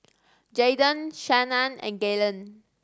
Jaydon Shannan and Galen